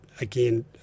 Again